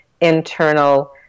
internal